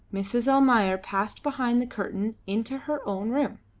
mrs. almayer passed behind the curtain into her own room.